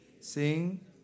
Sing